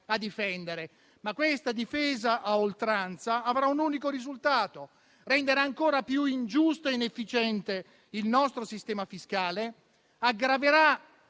a difendere. Questa difesa a oltranza, però, avrà come unico risultato quello di rendere ancora più ingiusto e inefficiente il nostro sistema fiscale; aggraverà